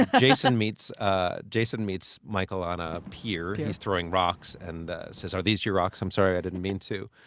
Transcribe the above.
ah jason meets ah jason meets michael on a pier. he's throwing rocks and says, are these your rocks? i'm sorry, i didn't mean to.